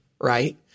Right